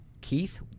Keith